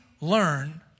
learn